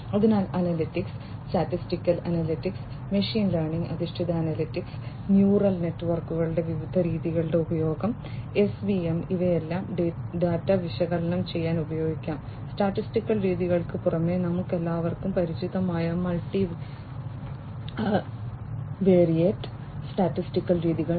അതിനാൽ analytics statistical analytics machine learning അധിഷ്ഠിത analytics neural നെറ്റ്വർക്കുകളുടെ വിവിധ രീതികളുടെ ഉപയോഗം എസ്വിഎം ഇവയെല്ലാം ഡാറ്റ വിശകലനം ചെയ്യാൻ ഉപയോഗിക്കാം സ്റ്റാറ്റിസ്റ്റിക്കൽ രീതികൾക്ക് പുറമേ നമുക്കെല്ലാവർക്കും പരിചിതമായ മൾട്ടിവേറിയറ്റ് സ്റ്റാറ്റിസ്റ്റിക്കൽ രീതികൾ